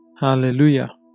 Hallelujah